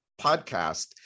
podcast